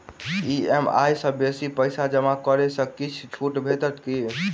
EMI सँ बेसी पैसा जमा करै सँ किछ छुट भेटत की?